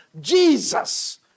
Jesus